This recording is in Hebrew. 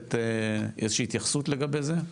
לתת איזושהי התייחסות לגבי זה?